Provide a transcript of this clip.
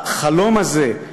החלום הזה,